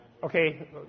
Okay